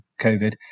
COVID